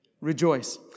rejoice